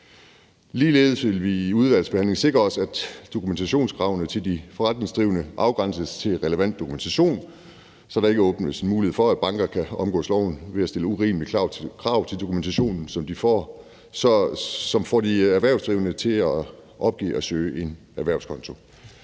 Ligeledes vil vi i udvalgsbehandlingen sikre os, at dokumentationskravene til de forretningsdrivende afgrænses til relevant dokumentation, så der ikke åbnes mulighed for, at banker kan omgås loven ved at stille urimelige krav til dokumentation, som får de erhvervsdrivende til at opgive at søge en erhvervskonto.